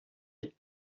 est